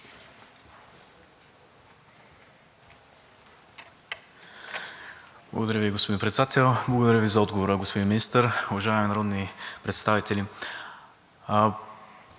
Благодаря Ви, господин Председател. Благодаря Ви за отговора, господин Министър. Уважаеми народни представители!